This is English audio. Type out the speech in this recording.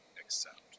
accept